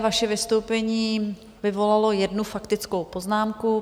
Vaše vystoupení vyvolalo jednu faktickou poznámku.